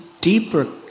deeper